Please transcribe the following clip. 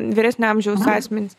vyresnio amžiaus asmenys